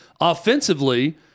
Offensively